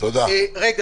תודה, משפט אחרון.